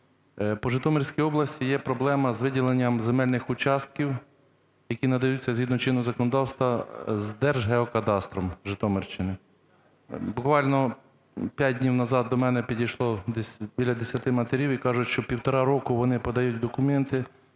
По Житомирській області є проблема з виділенням земельнихучастків, які надаються згідно чинного законодавства Держгеокадастром Житомирщини. Буквально 5 днів назад до мене підійшло десь біля 10 матерів і кажуть, що півтора року вони подають документи